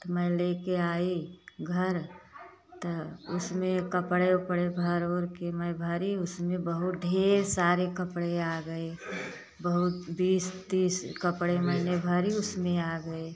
तो मैं लेके आई घर तो उसमें कपड़े ओपड़े भर ओर के मैं भरी उसमें बहुत ढेर सारे कपड़े आ गए बहुत बीस तीस कपड़े मैंने भरी उसमें आ गए